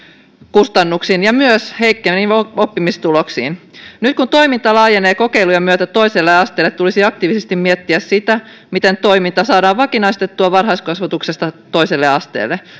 kustannuksiin ja myös heikkeneviin oppimistuloksiin nyt kun toiminta laajenee kokeilujen myötä toiselle asteelle tulisi aktiivisesti miettiä sitä miten toiminta saadaan vakinaistettua varhaiskasvatuksesta toiselle asteelle